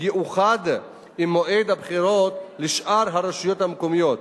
יאוחד עם מועד הבחירות לשאר הרשויות המקומיות,